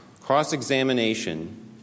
cross-examination